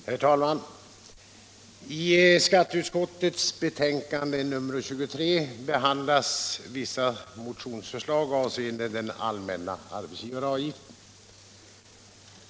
Herr talman! I skatteutskottets betänkande nr 23 behandlas vissa motionsförslag avseende den allmänna arbetsgivaravgiften.